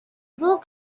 little